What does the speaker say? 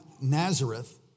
Nazareth